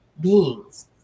beings